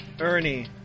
Ernie